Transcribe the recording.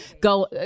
go